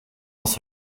als